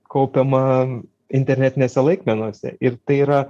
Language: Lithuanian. kaupiama internetinėse laikmenose ir tai yra